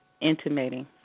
Intimating